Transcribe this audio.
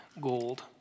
gold